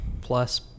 plus